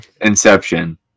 Inception